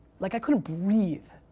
like, i couldn't breathe.